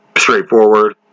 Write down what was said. straightforward